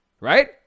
Right